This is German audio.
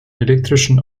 elektrischen